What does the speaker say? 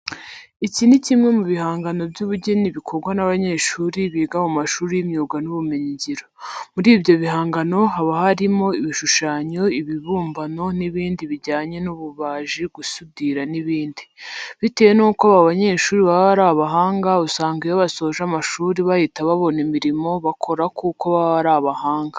Iki ni kimwe mu bihangano by'ubugeni bikorwa n'abanyeshuri biga mu mashuri y'imyuga n'ibumenyingiro. Muri ibyo bihangano haba harimo ibishushanyo, ibibumbano n'ibindi bijyanye n'ububaji, gusudira n'ibindi. Bitewe nuko aba banyeshuri baba ari abahanga usanga iyo basoje amashuri bahita babona imirimo bakora kuko baba ari abahanga.